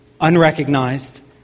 unrecognized